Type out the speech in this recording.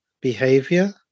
behavior